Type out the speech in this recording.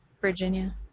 Virginia